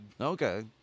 Okay